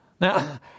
Now